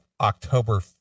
October